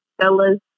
Fellas